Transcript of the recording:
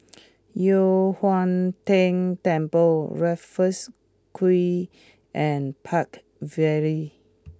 Yu Huang Tian Temple Raffles Quay and Park Vale